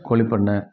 கோழிப்பண்ணை